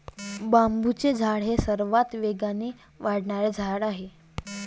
बांबूचे झाड हे सर्वात वेगाने वाढणारे झाड आहे